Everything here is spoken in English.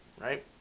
Right